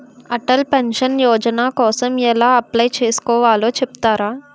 Atal pension Yojana కోసం ఎలా apply చేసుకోవాలో చెపుతారా?